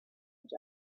each